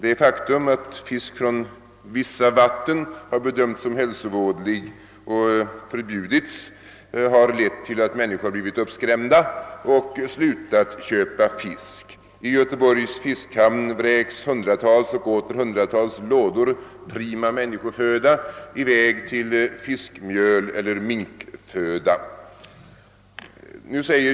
Det faktum att fisk från vissa vatten bedömts som hälsovådlig och drabbats av försäljningsförbud har lett till att man blivit uppskrämd och slutat köpa fisk. I Göteborgs fiskhamn vräks hundratals och åter hundratals lådor prima människoföda i väg för att bli fiskmjöl eller minkföda.